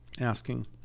asking